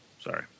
Sorry